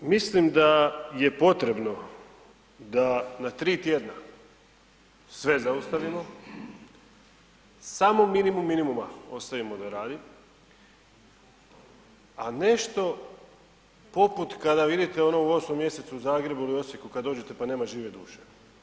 Mislim da je potrebno da na 3 tjedna sve zaustavimo, samo minimum minimuma ostavimo da radi, a nešto poput kada vidite ono u 8. mjesecu u Zagreb ili Osijek dođete pa nema žive duše.